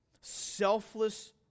selfless